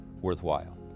worthwhile